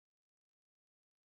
!alamak!